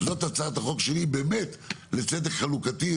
זאת הצעת החוק שלי באמת לצדק חלוקתי.